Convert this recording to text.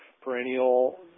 perennial